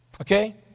Okay